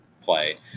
play